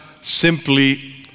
simply